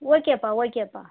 ஓகேப்பா ஓகேப்பா